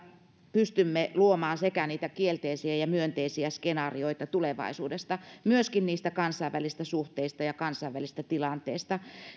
pystymme luomaan sekä kielteisiä että myönteisiä skenaarioita tulevaisuudesta myöskin kansainvälisistä suhteista ja kansainvälisestä tilanteesta